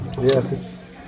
yes